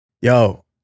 yo